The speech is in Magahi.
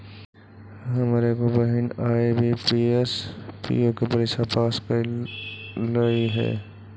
हमर एगो बहिन आई.बी.पी.एस, पी.ओ के परीक्षा पास कयलइ हे